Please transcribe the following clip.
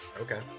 Okay